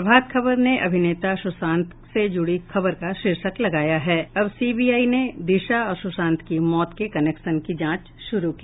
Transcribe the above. प्रभात खबर ने अभिनेता सुशांत से जुड़ी खबर का शीर्षक लगाया है अब सीबीआई ने दिशा और सुशांत की मौत के कनेक्शन की जांच शुरू की